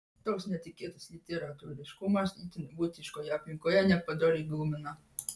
toks netikėtas literatūriškumas itin buitiškoje aplinkoje nepadoriai glumina